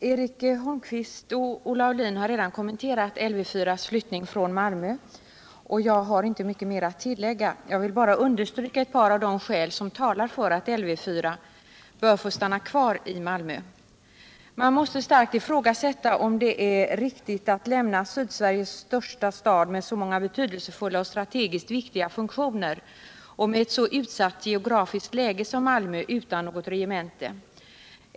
Herr talman! Eric Holmqvist och Olle Aulin har redan kommenterat flyttningen av Lv 4 från Malmö, och jag har inte mycket mer att tillägga. Jag vill bara understryka ett par av de skäl som talar för att Lv 4 bör få stanna kvar i Malmö. Man måste starkt ifrågasätta om det är riktigt att lämna Sydsveriges största stad med så många betydelsefulla och strategiskt viktiga funktioner och med så utsatt geografiskt läge som Malmö utan något regemente.